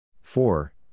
four